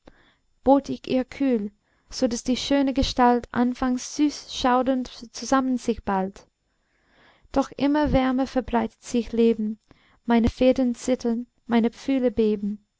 ich ihr kühl so daß die schöne gestalt anfangs süß schaudernd zusammen sich ballt doch immer wärmer verbreitet sich leben meine federn zittern meine pfühle beben